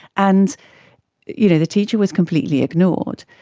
and you know the teacher was completely ignored.